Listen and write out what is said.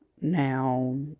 now